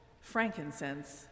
frankincense